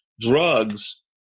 drugs